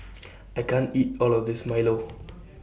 I can't eat All of This Milo